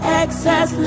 excess